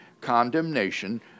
condemnation